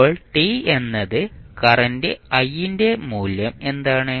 അപ്പോൾ t എന്ന സമയത്ത് കറന്റ് I ന്റെ മൂല്യം എന്താണ്